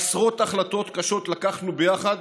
עשרות החלטות קשות לקחנו ביחד,